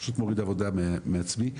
פשוט מוריד עבודה מעצמי.